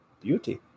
Beauty